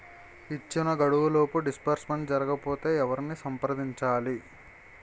ఇచ్చిన గడువులోపు డిస్బర్స్మెంట్ జరగకపోతే ఎవరిని సంప్రదించాలి?